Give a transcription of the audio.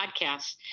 podcast